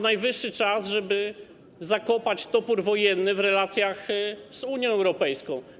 Najwyższy czas, żeby zakopać topór wojenny w relacjach z Unią Europejską.